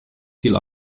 viel